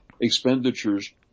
expenditures